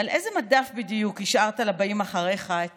ועל איזה מדף בדיוק השארת לבאים אחריך את